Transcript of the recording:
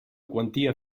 quantia